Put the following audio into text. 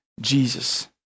Jesus